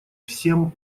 всем